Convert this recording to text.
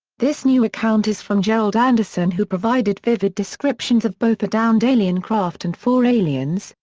this new account is from gerald anderson who provided vivid descriptions of both a downed alien craft and four aliens,